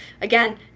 again